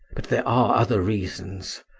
but there are other reasons.